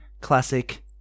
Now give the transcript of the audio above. Classic